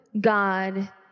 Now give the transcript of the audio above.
God